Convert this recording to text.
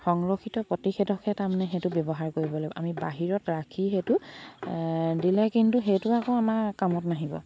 সংৰক্ষিত প্ৰতিষেধকহে তাৰমানে সেইটো ব্যৱহাৰ কৰিব লাগিব আমি বাহিৰত ৰাখি সেইটো দিলে কিন্তু সেইটো আকৌ আমাৰ কামত নাহিব